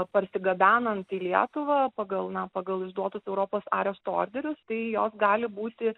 parsigabenant į lietuvą pagal na pagal išduotus europos arešto orderius tai jos gali būti